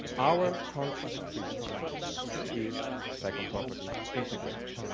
our conscious experience is second property integrated.